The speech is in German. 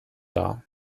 dar